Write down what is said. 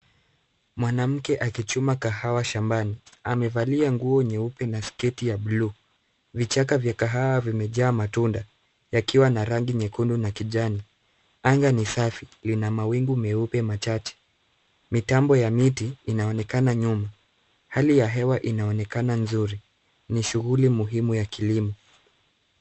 Mwanamke akichuma kahawa shambani. Amevalia nguo nyeupe na sketi ya bluu. Vichaka vya kahawa vimejaa matunda yakiwa na rangi nyekundu na kijani. Anga ni safi, lina mawingu meupe machache. Mitambo ya miti inaonekana nyuma. Hali ya hewa inaonekana nzuri. Ni shughuli muhimu ya kilimo.